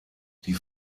die